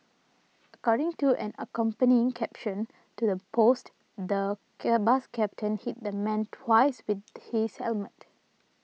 according to an accompanying caption to the post the bus captain hit the man twice with his helmet